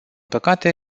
păcate